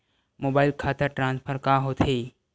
Mobile खाता transfer का होथे?